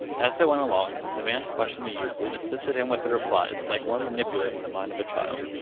as they went along, the man questioned the youth and assisted him with the replies like one manipulating the mind of a child.